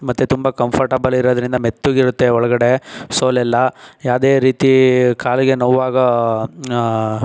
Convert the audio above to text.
ಮತ್ತು ತುಂಬ ಕಂಫರ್ಟೆಬಲ್ ಇರೋದ್ರಿಂದ ಮೆತ್ತಗಿರುತ್ತೆ ಒಳಗಡೆ ಸೋಲೆಲ್ಲ ಯಾವುದೇ ರೀತಿ ಕಾಲಿಗೆ ನೋವಾಗೋ